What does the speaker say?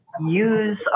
use